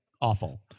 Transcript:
Awful